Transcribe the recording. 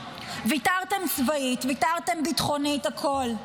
ויתרתם צבאית, ויתרתם ביטחונית, הכול.